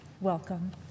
welcome